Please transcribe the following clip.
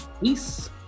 Peace